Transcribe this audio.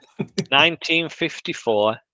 1954